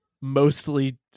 mostly